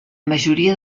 majoria